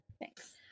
thanks